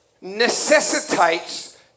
necessitates